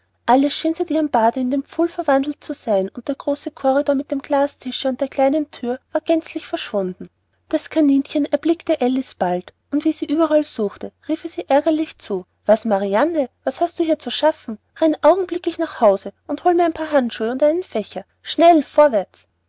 alles schien seit ihrem bade in dem pfuhl verwandelt zu sein und der große corridor mit dem glastische und der kleinen thür war gänzlich verschwunden das kaninchen erblickte alice bald und wie sie überall suchte rief es ihr ärgerlich zu was marianne was hast du hier zu schaffen renne augenblicklich nach hause und hole mir ein paar handschuhe und einen fächer schnell vorwärts